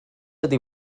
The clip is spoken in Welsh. ydy